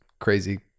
crazy